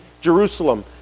Jerusalem